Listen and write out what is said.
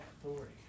authority